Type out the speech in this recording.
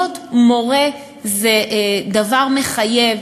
להיות מורה זה דבר מחייב,